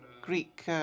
Greek